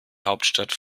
hauptstadt